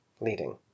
leading